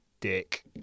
dick